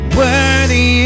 worthy